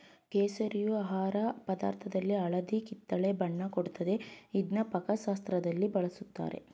ಕೇಸರಿಯು ಆಹಾರ ಪದಾರ್ಥದಲ್ಲಿ ಹಳದಿ ಕಿತ್ತಳೆ ಬಣ್ಣ ಕೊಡ್ತದೆ ಇದ್ನ ಪಾಕಶಾಸ್ತ್ರದಲ್ಲಿ ಬಳುಸ್ತಾರೆ